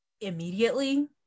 immediately